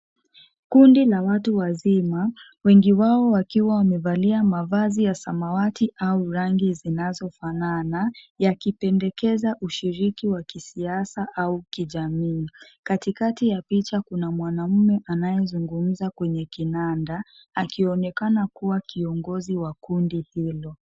Kundi la watu wazima, wengi wao wakiwa wamevalia mavazi ya samawati au rangi zinazofanana, yakipendekeza ushiriki wa kisiasa au kijamii. Kati kati ya picha kuna mwanaume anayezumgumza kwenye kinanda, akionekana kuwa kiongozi wa kundi Hilo.